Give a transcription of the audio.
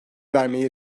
vermeyi